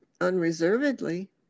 unreservedly